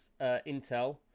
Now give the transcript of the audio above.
Intel